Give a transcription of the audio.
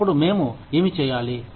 అప్పుడు మేము ఏమి చేయాలి